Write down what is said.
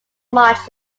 march